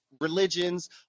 religions